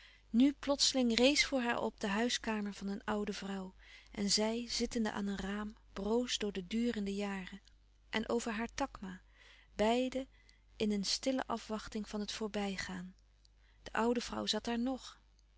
nu plotseling rees voor haar op de huiskamer van een oude vrouw en zij zittende aan een raam broos door de durende jaren en over haar takma beiden in een stille afwachting van het voorbijgaan de oude vrouw zat daar nog